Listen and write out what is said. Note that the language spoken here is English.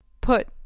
Put